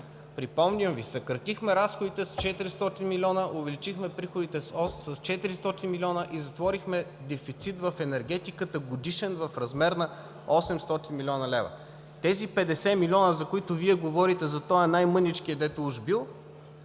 Припомням Ви, съкратихме разходите с 400 милиона, увеличихме приходите с 400 милиона и затворихме годишен дефицит в енергетиката в размер на 800 млн. лв. Тези 50 милиона, за които Вие говорите, за този „най-мъничкия“ уж дето бил,